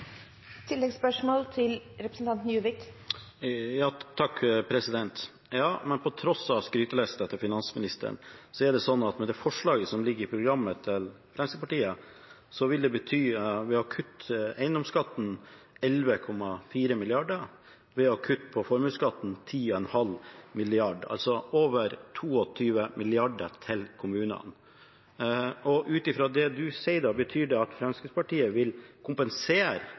På tross av skrytelista til finansministeren er det sånn at med det forslaget som ligger i Fremskrittspartiets program om å kutte 11,4 mrd. kr i eiendomsskatten og 10,5 mrd. kr i formuesskatten, vil det bety over 22 mrd. kr for kommunene. Ut fra det som sies, betyr det at Fremskrittspartiet vil kompensere